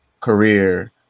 career